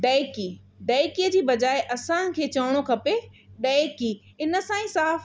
ॾेकी ॾेकीअ जे बजाए असांखे चवणो खपे ॾहिकी इन सां ई साफ़ु